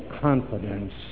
confidence